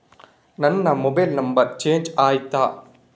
ನನ್ನ mobile number change ಆಯ್ತಾ?